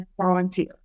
volunteer